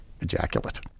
ejaculate